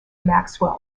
maxwell